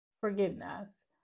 forgiveness